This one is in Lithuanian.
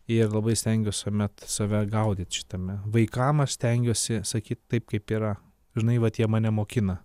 ir labai stengiuos visuomet save gaudyt šitame vaikamaš stengiuosi sakyt taip kaip yra žinai vat jie mane mokina